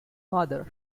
father